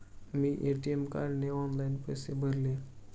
मी ATM कार्डने online पैसे भरले